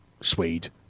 Swede